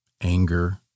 anger